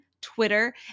Twitter